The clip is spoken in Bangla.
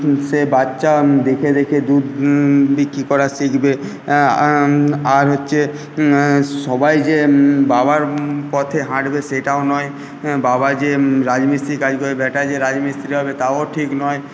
সে বাচ্চা দেখে দেখে দুধ বিক্রি করা শিখবে আর হচ্ছে সবাই যে বাবার পথে হাঁটবে সেটাও নয় বাবা যে রাজমিস্ত্রির কাজ করে ব্যাটা যে রাজমিস্ত্রি হবে তাও ঠিক নয়